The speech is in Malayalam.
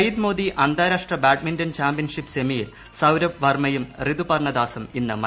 സയ്യിദ് മോദി അന്താരാഷ്ട്ര ബാഡ്മിന്റൺ ചാമ്പ്യൻഷിപ്പ് സെമിയിൽ സൌരഭ് വർമ്മയും റിതുപർണ ദാസും ഇന്ന് മത്സരിക്കും